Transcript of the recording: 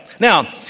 Now